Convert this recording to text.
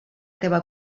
teva